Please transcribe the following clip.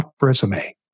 resume